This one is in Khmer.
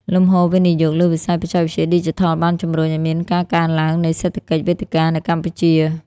លំហូរវិនិយោគលើវិស័យបច្ចេកវិទ្យាឌីជីថល បានជម្រុញឱ្យមានការកើនឡើងនៃ "សេដ្ឋកិច្ចវេទិកា" នៅកម្ពុជា។